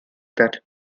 that